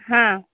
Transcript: हां